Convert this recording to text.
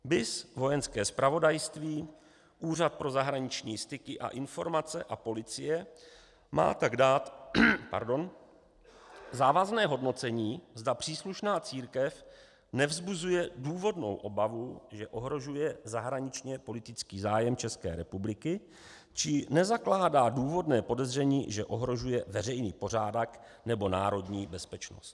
BIS, Vojenské zpravodajství, Úřad pro zahraniční styky a informace a policie mají tak dát závazné hodnocení, zda příslušná církev nevzbuzuje důvodnou obavu, že ohrožuje zahraničněpolitický zájem ČR, či nezakládá důvodné podezření, že ohrožuje veřejný pořádek nebo národní bezpečnost.